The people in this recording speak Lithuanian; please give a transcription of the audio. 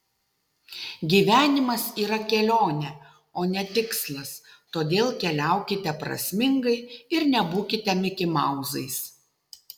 gyvenimas yra kelionė o ne tikslas todėl keliaukite prasmingai ir nebūkite mikimauzais